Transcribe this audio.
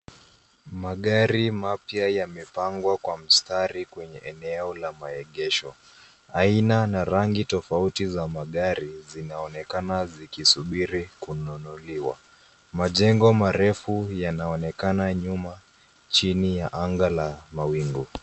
Magari mapya yamepangwa kwa mstari kwenye eneo la maegesho. Aina na rangi tofauti za magari zinaonekana zikisubiri kununuliwa. Majengo marefu yanaonekana nyuma chini ya anga la mawingu.